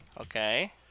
okay